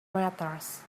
matters